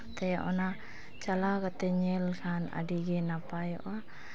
ᱛᱮ ᱚᱱᱟ ᱪᱟᱞᱟᱣ ᱠᱟᱛᱮᱫ ᱧᱮᱞ ᱞᱮᱠᱷᱟᱱ ᱟᱹᱰᱤ ᱜᱮ ᱱᱟᱯᱟᱭᱚᱜᱼᱟ